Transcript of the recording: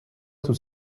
tout